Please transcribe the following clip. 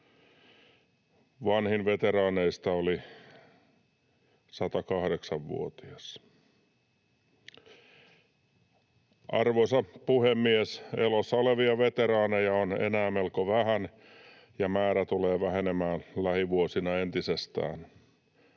Vanhin veteraaneista oli 108-vuotias. Arvoisa puhemies! Elossa olevia veteraaneja on enää melko vähän, ja määrä tulee vähenemään lähivuosina entisestään.